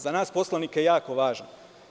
Za nas poslanike jako važan.